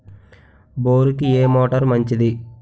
బోరుకి ఏ మోటారు మంచిది?